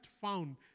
found